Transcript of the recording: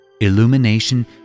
Illumination